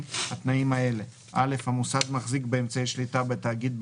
התנאים האלה: המוסד מחזיק באמצעי השליטה בתאגיד,